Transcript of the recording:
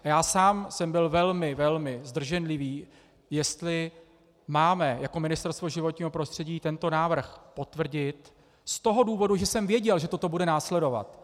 Já sám jsem byl velmi, velmi zdrženlivý, jestli máme jako Ministerstvo životního prostředí tento návrh potvrdit z toho důvodu, že jsem věděl, že toto bude následovat.